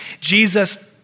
Jesus